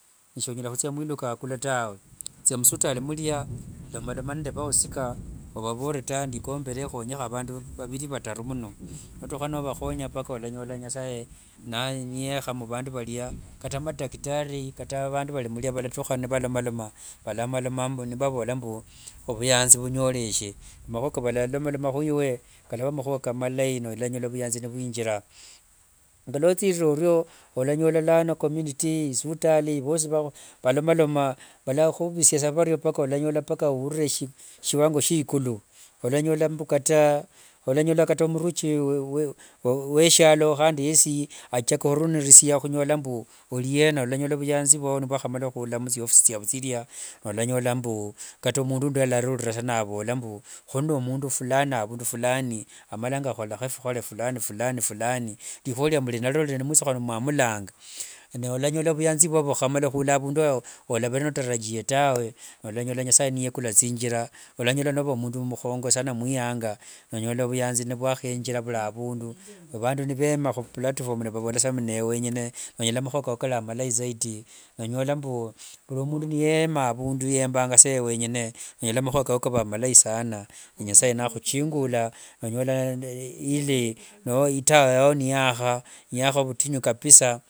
Sonyala khuthia mwiluka wakula tawe, thia musivitali. Lomaloma nende vakhusika ovavore tawe ndikombere khonyekho avandu vaviri vataru muno. Notukha novakhonya walanyola nasaye niyekha muvandu valia. Kata madaktari, kata vandu valimulia valatukha nivalomaloma, valomaloma nivavola mbu ovuyanzi vunyoleshe. Makhua kavalalolama khwiwe, kalava makhua malai nolanyola vuyanzi nimwinjira. Ngoluothirira orio, walanyola community isuvuti vosi valomaloma. Valakhuvisia sa vario mpaka walanyola ovurire shiwango shiekulu. Walanyola mbu kata, walanyola kata muruchi weshialo yesi achaka khunoneresia khunyola mbu oliena. Walanyola vuyanzi vwao nivwakhamala khuola muthiofisi thiavu thilia nolanyola mbu kata mundu yalarurira navola mbu, khuli nende mundu fulani avundu fulani amalanga akholakho fikhole fulani fulani fulani, likhua lia muli inalo mwithukhana mwamulanga. Nolanyola vuyanzi vwao vwakhamala khula avundu wolavere nolatarajie tawe. Walanyola nasaye niukula thinjira, walanyola nolimundu mukhongo sana meiyanga nonyola vuyanzi vwakhenjira vuli avundu. Avandu nivema khu platform, nivavolangasa newe wenyene. Onyola makhua kao nikali malai zaidi, nonyola mbu vuli mundu niyema avundu yembangasa ewe wengene, nonyala makhua kao kava malai sana nasaye nakhuchingula nonyola ili itaa yao niyakha niyakha vutinyu kabisa.